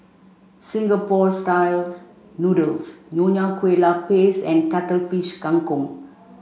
Singapore style noodles Nonya Kueh Lapis and Cuttlefish Kang Kong